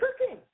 cooking